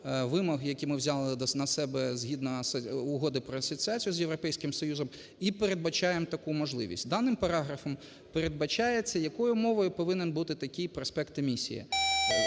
які ми взяли на себе згідно Угоди про Асоціацію з Європейським Союзом, і передбачаємо таку можливість. Даним параграфом передбачається, якою мовою повинен бути такий проспект емісії.